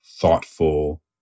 thoughtful